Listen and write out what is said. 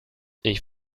ich